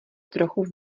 trochu